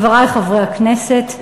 חברי חברי הכנסת,